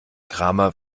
kramer